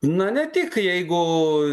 na ne tik jeigu